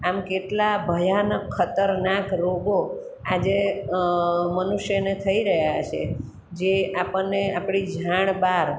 આમ કેટલા ભયાનક ખતરનાક રોગો આજે મનુષ્યને થઈ રહ્યા છે જે આપણને આપણી જાણ બહાર